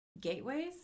gateways